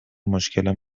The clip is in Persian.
مشکل